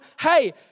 hey